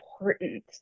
important